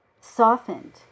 softened